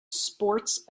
sports